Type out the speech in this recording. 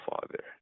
Father